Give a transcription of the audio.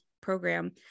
program